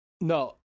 no